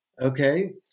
okay